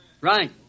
Right